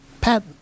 Pat